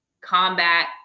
combat